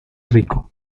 rico